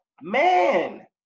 man